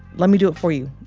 let me do it for you.